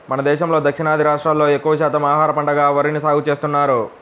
మన దేశంలో దక్షిణాది రాష్ట్రాల్లో ఎక్కువ శాతం ఆహార పంటగా వరిని సాగుచేస్తున్నారు